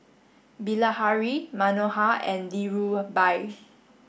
Bilahari Manohar and Dhirubhai